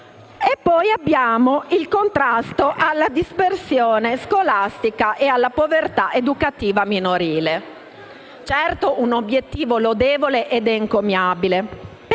è poi il contrasto alla dispersione scolastica e alla povertà educativa minorile. Certamente è un obiettivo lodevole ed encomiabile,